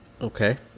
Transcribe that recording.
Okay